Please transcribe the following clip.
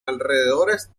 alrededores